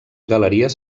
galeries